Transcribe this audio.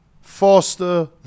Foster